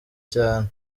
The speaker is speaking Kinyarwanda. cyane